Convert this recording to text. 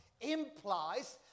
implies